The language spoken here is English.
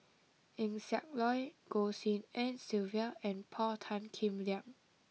Eng Siak Loy Goh Tshin En Sylvia and Paul Tan Kim Liang